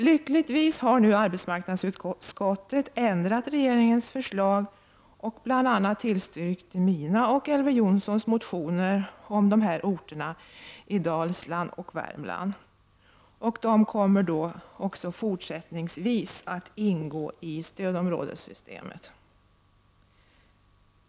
Lyckligtvis har arbetsmarknadsutskottet ändrat regeringens förslag och bl.a. tillstyrkt mina och Elver Jonssons motioner om att dessa orter i Dalsland och Värmland också fortsättningsvis skall ingå i stödområdessystemet.